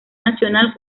nacional